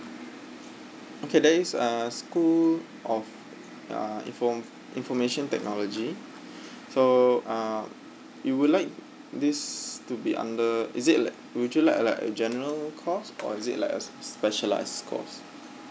okay there's a school of uh inform~ information technology so uh you would like this to be under is it like would you like a like a general course or is it like a specialised course